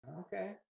Okay